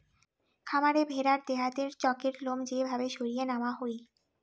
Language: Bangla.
খামারে ভেড়ার দেহাতে চকের লোম যে ভাবে সরিয়ে নেওয়া হই